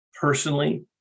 personally